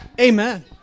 Amen